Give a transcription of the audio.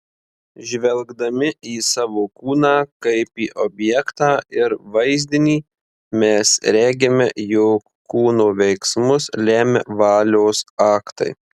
žvelgdami į savo kūną kaip į objektą ir vaizdinį mes regime jog kūno veiksmus lemia valios aktai